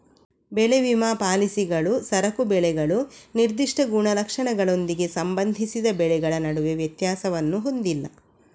ಬೆಳೆ ವಿಮಾ ಪಾಲಿಸಿಗಳು ಸರಕು ಬೆಳೆಗಳು ನಿರ್ದಿಷ್ಟ ಗುಣಲಕ್ಷಣಗಳೊಂದಿಗೆ ಸಂಬಂಧಿಸಿದ ಬೆಳೆಗಳ ನಡುವೆ ವ್ಯತ್ಯಾಸವನ್ನು ಹೊಂದಿಲ್ಲ